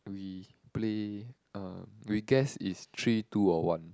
we play uh we guess is three two or one